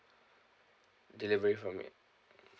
delivery for me